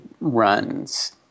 runs